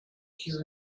she